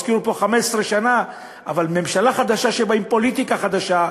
הזכירו פה 15 שנה אבל ממשלה חדשה שבאה עם פוליטיקה חדשה,